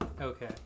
Okay